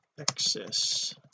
access